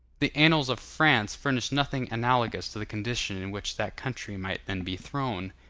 the annals of france furnish nothing analogous to the condition in which that country might then be thrown.